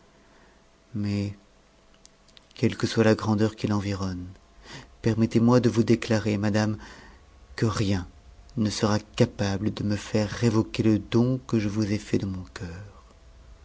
mais quelle que soit la grandeur qui l'environne permettez-moi de vous déclarer madame que rien ne sera capable de me faire révoquer le don que je vous ai fait de mon cœur